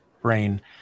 brain